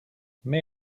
may